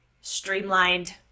streamlined